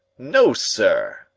no, sir,